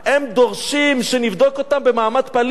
הם דורשים שנבדוק אותם במעמד פליט?